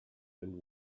and